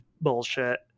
bullshit